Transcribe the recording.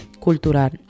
Cultural